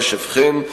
רשף חן,